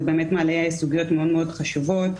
הוא מעלה סוגיות מאוד חשובות.